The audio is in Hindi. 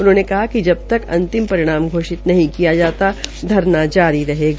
उन्होंने कहा कि जबतक अंतिम परिणाम घोषित नहीं किया जाता धरना जारी रहेगा